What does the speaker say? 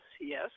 yes